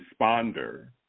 responder